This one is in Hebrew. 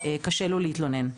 קשה לו להתלונן.